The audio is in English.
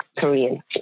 Korean